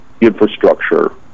infrastructure